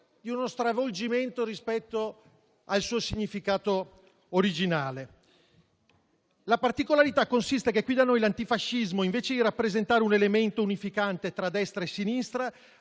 di uno stravolgimento rispetto al suo significato originale. La particolarità «consiste nel fatto che qui da noi l'antifascismo, invece di rappresentare un elemento unificante tra destra e sinistra